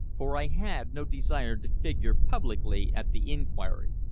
for i had no desire to figure publicly at the inquiry,